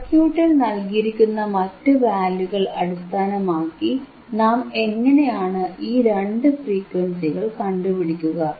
സർക്യൂട്ടിൽ നൽകിയിരിക്കുന്ന മറ്റു വാല്യൂകൾ അടിസ്ഥാനമാക്കി നാം എങ്ങനെയാണ് ഈ രണ്ടു ഫ്രീക്വൻസികൾ കണ്ടുപിടിക്കുക